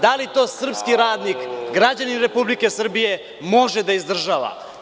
Da li to srpski radnik, građanin Republike Srbije, može da izdržava?